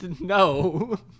No